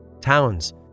Towns